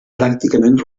pràcticament